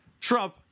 Trump